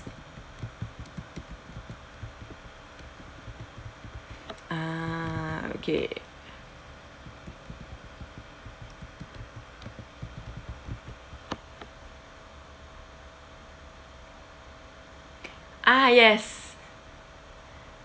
ah okay ah yes